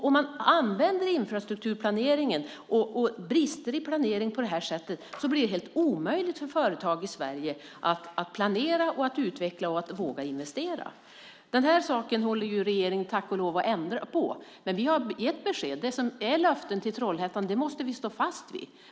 Om man använder infrastrukturplaneringen på detta sätt med brister i planeringen blir det helt omöjligt för företag i Sverige att planera, utveckla och våga investera. Detta håller regeringen tack och lov på att ändra. Men vi har gett besked. Det som är löften till Trollhättan måste vi stå fast vid.